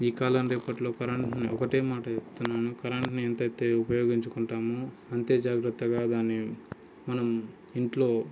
ఈ కాలం రేపటిలో కరెంట్ని ఒకటే మాట చెప్తున్నాను కరెంట్ని ఎంతైతే ఉపయోగించుకుంటామో అంతే జాగ్రత్తగా దాన్ని మనం ఇంట్లో